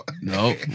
no